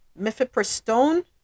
mifepristone